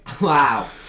Wow